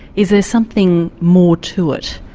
is there something more to it?